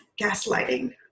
gaslighting